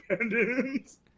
independence